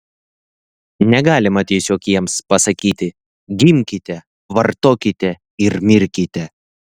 negalima tiesiog jiems pasakyti gimkite vartokite ir mirkite